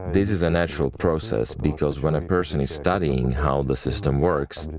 this is a natural process, because when a person is studying how the system works,